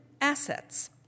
assets